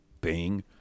Bing